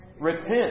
Repent